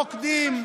רוקדים,